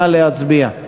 נא להצביע.